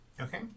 Okay